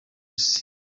isi